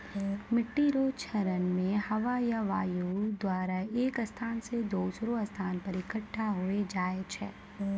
मिट्टी रो क्षरण मे हवा या वायु द्वारा एक स्थान से दोसरो स्थान पर इकट्ठा होय जाय छै